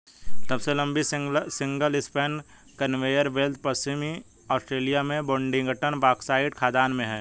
सबसे लंबी single span conveyor belt पश्चिमी ऑस्ट्रेलिया में बोडिंगटन बॉक्साइट खदान में है